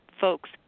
folks